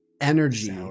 energy